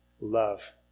love